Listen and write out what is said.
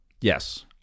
Yes